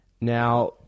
Now